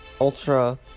ultra